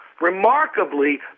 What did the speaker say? Remarkably